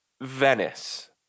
venice